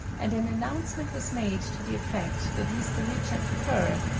and an announcement was made to the effect that mr. richard kerr,